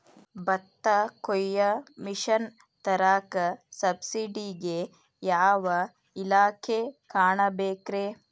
ಭತ್ತ ಕೊಯ್ಯ ಮಿಷನ್ ತರಾಕ ಸಬ್ಸಿಡಿಗೆ ಯಾವ ಇಲಾಖೆ ಕಾಣಬೇಕ್ರೇ?